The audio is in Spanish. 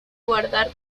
guardar